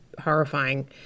horrifying